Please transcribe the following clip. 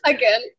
Again